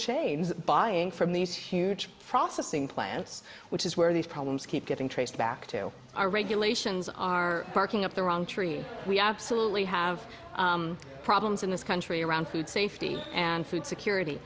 chains buying from these huge processing plants which is where these problems keep getting traced back to our regulations are barking up the wrong tree absolutely have problems in this country around food safety and food security